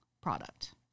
product